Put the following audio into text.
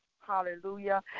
hallelujah